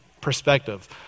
perspective